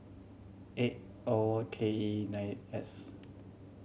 eight O K E nine S